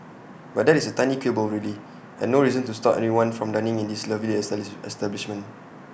but that is A tiny quibble really and no reason to stop anyone from dining in this lovely establish establishment